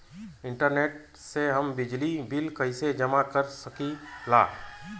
Internet से हम बिजली बिल कइसे जमा कर सकी ला?